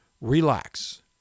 relax